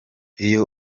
iyo